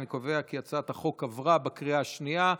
אני קובע כי הצעת החוק עברה בקריאה השנייה.